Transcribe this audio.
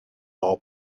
all